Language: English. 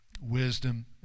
wisdom